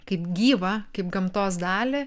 kaip gyvą kaip gamtos dalį